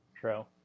True